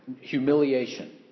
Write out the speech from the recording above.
humiliation